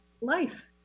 life